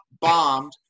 bombed